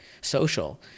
social